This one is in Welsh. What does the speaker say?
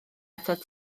atat